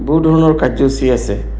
বহুত ধৰণৰ কাৰ্যসূচী আছে